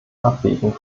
abwägung